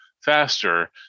faster